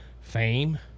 fame